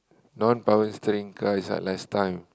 non power steering cars are last time